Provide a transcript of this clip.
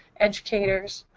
educators,